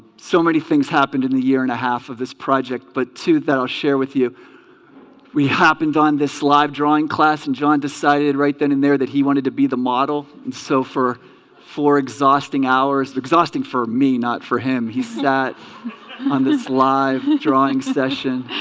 so many things happened in the year and a half of his project but two that i'll share with you we happened on this live drawing class and john decided right then and there that he wanted to be the model and so for four exhausting hours exhausting for me not for him he's that on this live drawing session